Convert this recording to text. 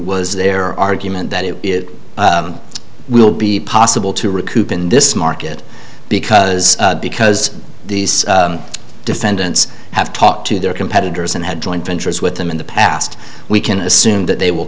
was their argument that it it will be possible to recoup in in this market because because these defendants have talked to their competitors and had joint ventures with them in the past we can assume that they will